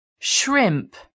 Shrimp